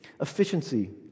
efficiency